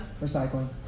recycling